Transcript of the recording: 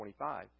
25